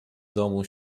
domu